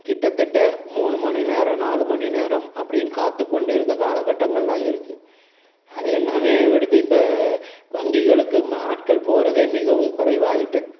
கிட்டத்தட்ட மூணு மணி நேரம் நாலு மணி நேரம் அப்படின்னு காத்துகொண்டு இருந்த காலகட்டங்களெலாம் இருக்குது அதை எல்லாமே விடுத்து இப்போ வங்கிகளுக்கு ஆட்கள் போகிறதே மிகவும் குறைவாயிட்டுது